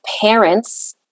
parents